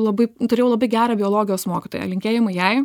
labai turėjau labai gerą biologijos mokytoją linkėjimai jai